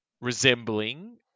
resembling